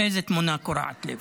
איזו תמונה קורעת לב.